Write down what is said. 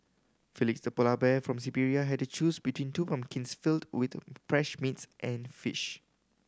Felix the polar bear from Siberia had to choose between two pumpkins filled with fresh meats and fish